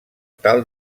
tal